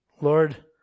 Lord